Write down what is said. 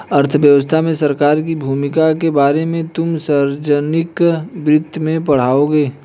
अर्थव्यवस्था में सरकार की भूमिका के बारे में तुम सार्वजनिक वित्त में पढ़ोगे